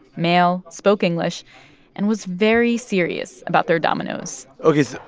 male, spoke english and was very serious about their dominoes ok, so